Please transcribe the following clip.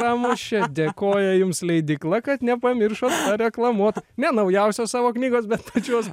pramušė dėkoja jums leidykla kad nepamiršot pareklamuot ne naujausios savo knygos bet pačios